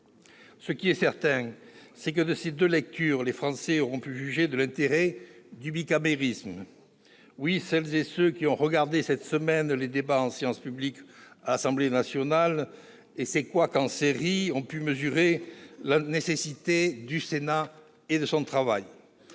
chose est certaine : grâce à ces deux lectures, les Français auront pu juger de l'intérêt du bicamérisme. Oui, celles et ceux qui ont regardé la semaine dernière les débats en séance publique à l'Assemblée nationale et leurs couacs en série ont pu mesurer la nécessité du Sénat et de son travail.